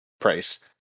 Price